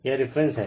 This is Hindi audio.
यह रिफरेन्स है